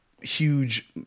huge